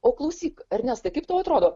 o klausyk ernestai kaip tau atrodo